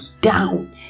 down